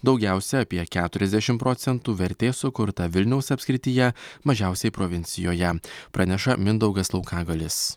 daugiausia apie keturiasdešim procentų vertės sukurta vilniaus apskrityje mažiausiai provincijoje praneša mindaugas laukagalis